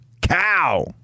cow